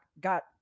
got